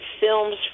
films